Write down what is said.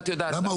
את יודעת למה.